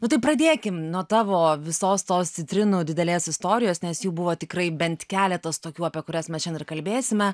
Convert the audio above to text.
nu tai pradėkim nuo tavo visos tos citrinų didelės istorijos nes jų buvo tikrai bent keletas tokių apie kurias mes šiandien ir kalbėsime